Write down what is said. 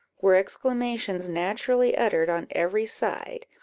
were exclamations naturally uttered on every side,